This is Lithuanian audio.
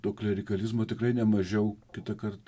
to klerikalizmo tikrai ne mažiau kitąkart